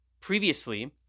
previously